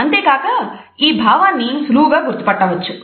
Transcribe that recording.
అంతేకాక ఈ భావాన్ని సులువుగా గుర్తుపట్టవచ్చు